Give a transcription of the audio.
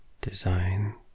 design